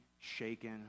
shaken